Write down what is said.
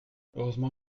heureusement